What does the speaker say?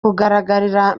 kugaragarira